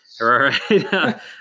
right